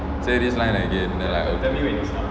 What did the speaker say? say this line